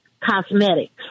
cosmetics